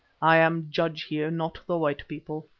i am judge here, not the white people.